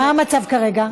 מה המצב כרגע?